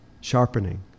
sharpening